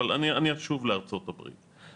אבל אני אשוב לארצות הברית.